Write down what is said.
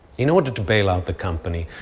in order to bail out the company,